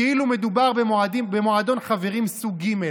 כאילו שמדובר במועדון חברים סוג ג'.